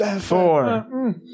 four